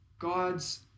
God's